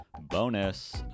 Bonus